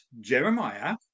Jeremiah